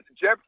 Jeff